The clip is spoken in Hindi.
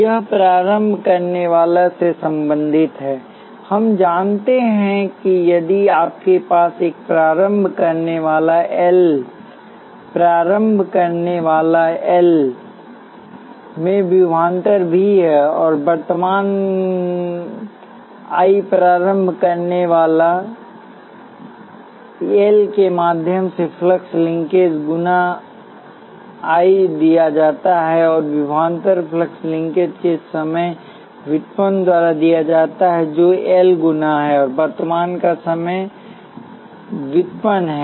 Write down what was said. यह प्रारंभ करने वाला से संबंधित है हम जानते हैं कि यदि आपके पास एक प्रारंभ करनेवाला एल में विभवांतर वी है और वर्तमान I प्रारंभ करनेवाला एल के माध्यम से फ्लक्स लिंकेज एल गुणा I द्वारा दिया जाता है और विभवांतर फ्लक्स लिंकेज के समय व्युत्पन्न द्वारा दिया जाता है जो एल गुना है और वर्तमान का समय व्युत्पन्न है